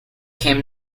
came